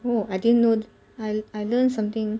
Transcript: oh I didn't know I I learned something